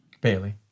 Bailey